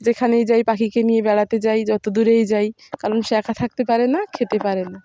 যেখানেই যাই পাখিকে নিয়ে বেড়াতে যাই যত দূরেই যাই কারণ সে একা থাকতে পারে না খেতে পারে না